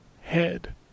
head